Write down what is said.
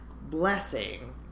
blessing